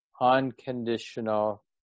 unconditional